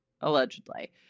Allegedly